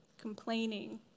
complaining